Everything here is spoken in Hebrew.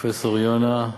פרופסור יונה,